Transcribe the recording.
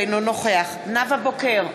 אינו נוכח נאוה בוקר,